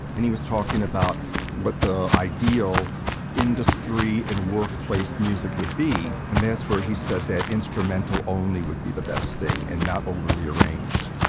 and he was talking about the ideal industry and workplace music would be. and that's where he said that instrumental only would be the best thing and not overly arranged